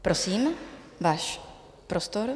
Prosím, váš prostor.